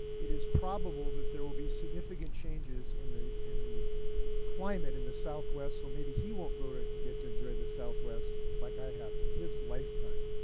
it is probable that there will be significant changes in the in the climate in the southwest so maybe he won't go and get to enjoy the southwest like i have in his lifetime.